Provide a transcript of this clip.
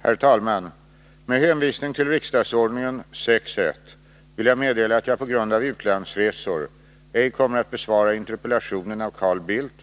Herr talman! Med hänvisning till RO 6:1 vill jag meddela att jag på grund av utlandsresor ej kommer att besvara interpellationen av Carl Bildt